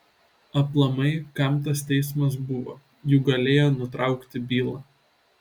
aplamai kam tas teismas buvo juk galėjo nutraukti bylą